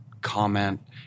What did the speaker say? comment